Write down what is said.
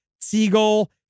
Seagull